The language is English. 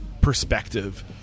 perspective